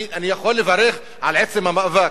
אני יכול לברך על עצם המאבק,